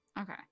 Okay